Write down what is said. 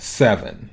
seven